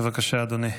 בבקשה, אדוני.